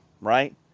right